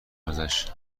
ازش